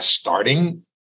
starting